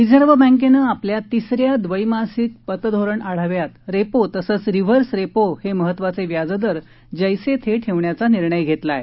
reserve बँकेनं आपल्या तीसऱ्या द्वैमासिक पत् धोरण आढाव्यात रेपो तसंच रिव्हर्स रेपो दर हे महत्वाचे व्याजदर जैसे थे ठेवण्याचा निर्णय घेतला आहे